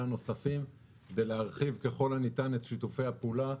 נוספים כדי להרחיב ככל הניתן את שיתופי הפעולה.